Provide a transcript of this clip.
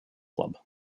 club